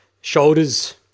Shoulders